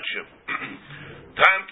Time